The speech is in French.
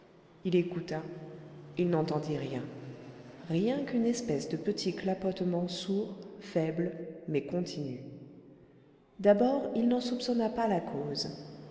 il écouta il n'entendit rien rien qu'une espèce de petit clapotement sourd faible mais continu d'abord il n'en soupçonna pas la cause